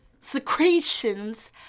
secretions